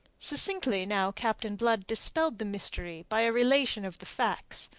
succinctly now captain blood dispelled the mystery by a relation of the facts.